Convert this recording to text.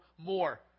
more